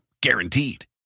Guaranteed